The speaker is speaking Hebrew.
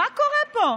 מה קורה פה?